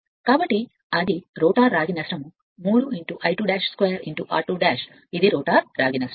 కాబట్టి అది రోటర్ రాగి నష్టం 3 I22 r2 ఇది రోటర్ రాగి నష్టం